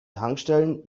tankstellen